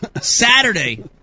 Saturday